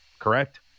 Correct